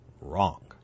wrong